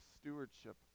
stewardship